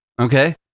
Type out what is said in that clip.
okay